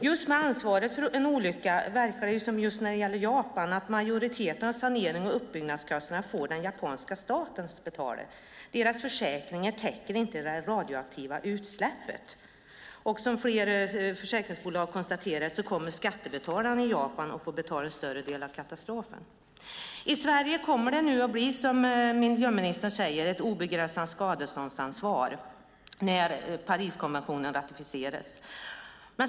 När det gäller ansvaret för en olycka verkar det just när det gäller Japan som om den japanska staten får betala majoriteten av sanerings och uppbyggnadskostnaderna. Deras försäkringar täcker inte det radioaktiva utsläppet. Som flera försäkringsbolag konstaterar kommer skattebetalarna i Japan att få betala större delen av katastrofen. I Sverige kommer det, som miljöministern säger, att bli ett obegränsat skadeståndsansvar när Pariskonventionen ratificeras.